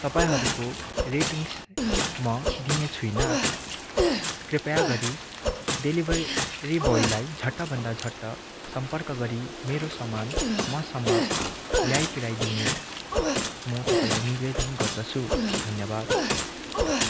तपाईँहरूको रेटिङस् म दिने छुइनँ कृपया गरी डेलिभरी बोयलाई झट्टभन्दा झट्ट सम्पर्क गरी मेरो सामान मसम्म ल्याइपुराइदिने म तपाईँलाई निवेदन गर्दछु धन्यवाद